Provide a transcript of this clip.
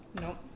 Nope